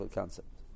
concept